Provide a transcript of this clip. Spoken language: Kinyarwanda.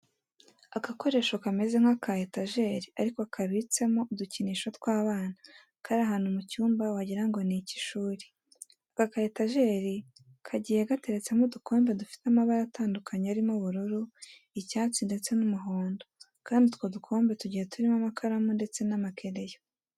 Agakoresho kameze nk'aka etajeri ariko kabitsemo udukinisho tw'abana, kari ahantu mu cyumba wagira ngo ni icy'ishuri. Aka ka etajeri kagiye gateretsemo udukombe dufite amabara atandukanye arimo ubururu, icyatsi ndetse n'umuhondo kandi utwo dukombe tugiye turimo amakaramu ndetse n'amakereyo.